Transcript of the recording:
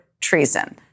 treason